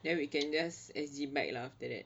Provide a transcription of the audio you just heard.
then we can just S_G bike lah after that